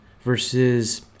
versus